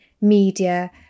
media